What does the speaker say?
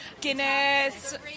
guinness